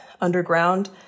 underground